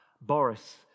Boris